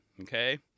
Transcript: okay